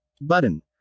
Button